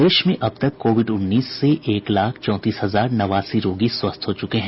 प्रदेश में अब तक कोविड उन्नीस से एक लाख चौंतीस हजार नवासी रोगी स्वस्थ हो चुके हैं